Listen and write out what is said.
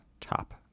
top